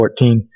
14